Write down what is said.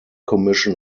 commission